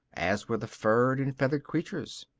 as were the furred and feathered creatures.